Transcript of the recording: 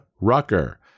Rucker